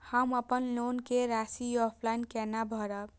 हम अपन लोन के राशि ऑफलाइन केना भरब?